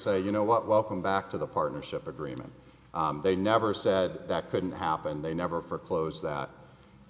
say you know what welcome back to the partnership agreement they never said that couldn't happen they never for close that